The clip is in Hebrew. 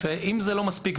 אם זה לא מספיק,